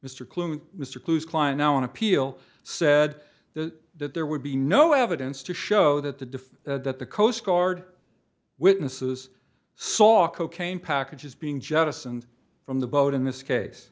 mr clooney mr cruise kline now an appeal said the that there would be no evidence to show that the diff that the coast guard witnesses saw cocaine packages being jettisoned from the boat in this case